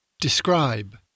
describe